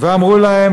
ואמרו להם.